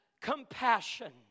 compassion